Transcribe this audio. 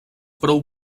prou